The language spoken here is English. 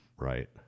Right